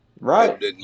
Right